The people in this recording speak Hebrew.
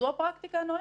זו הפרקטיקה הנוהגת.